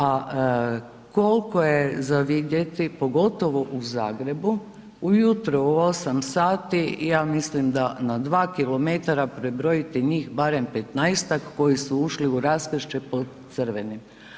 A koliko je za vidjeti pogotovo u Zagrebu u jutro u 8h ja mislim da na 2km prebrojite njih barem 15-ak koji su ušli u raskršće pod crvenim.